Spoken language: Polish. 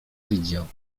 widział